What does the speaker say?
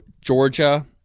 Georgia